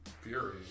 Fury